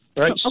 right